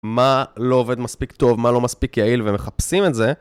מה לא עובד מספיק טוב, מה לא מספיק יעיל, ומחפשים את זה.